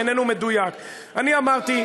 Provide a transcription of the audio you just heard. לא, אני מדייק, אני לא אמרתי,